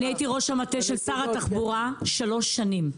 הייתי ראש המטה של שר התחבורה שלוש שנים.